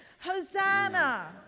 Hosanna